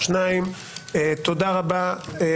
הצבעה בעד 3. נגד אין.